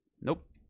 Nope